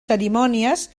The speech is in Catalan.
cerimònies